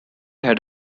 had